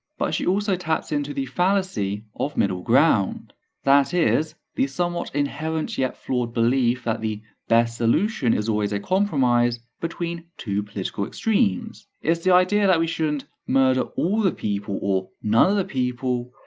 but she also taps into the fallacy of middle ground that is, the somewhat inherent yet flawed belief that the best solution is always a compromise between two political extremes. it's the idea that we shouldn't murder all the people or none of the people,